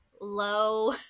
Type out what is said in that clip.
low